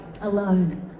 Alone